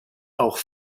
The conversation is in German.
auch